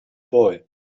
boy